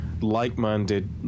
like-minded